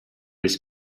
his